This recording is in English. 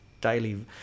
daily